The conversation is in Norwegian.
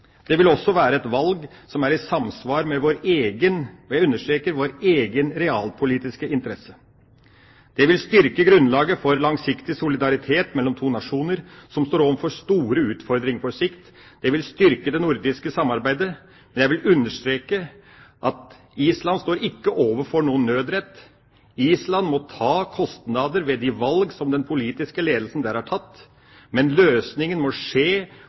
Det vil også være et valg som er i samsvar med vår egen – og jeg understreker vår egen – realpolitiske interesse. Det vil styrke grunnlaget for langsiktig solidaritet mellom to nasjoner som står overfor store utfordringer på sikt. Det vil styrke det nordiske samarbeidet. Men jeg vil understreke at Island står ikke overfor noen nødrett. Island må ta kostnadene ved de valg som den politiske ledelsen der har tatt, men løsningen må skje